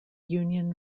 union